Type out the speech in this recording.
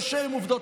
קשה עם עובדות,